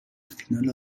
فینال